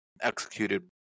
executed